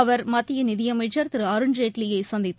அவர் மத்திய நிதியமைச்சர் திரு அருண்ஜேட்லியை சந்தித்து